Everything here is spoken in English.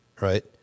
right